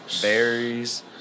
berries